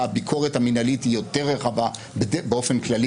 הביקורת המנהלית היא יותר רחבה באופן כללי